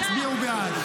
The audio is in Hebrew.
תצביעו בעד.